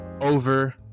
Over